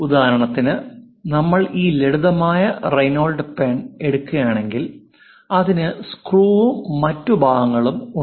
ഉദാഹരണത്തിന് നമ്മൾ ഈ ലളിതമായ റെയ്നോൾഡ്സ് പേന എടുക്കുകയാണെങ്കിൽ അതിന് സ്ക്രൂവും മറ്റ് ഭാഗങ്ങളും ഉണ്ട്